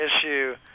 issue